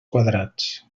quadrats